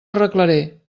arreglaré